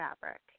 fabric